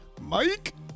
Mike